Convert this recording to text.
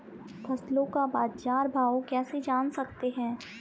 फसलों का बाज़ार भाव कैसे जान सकते हैं?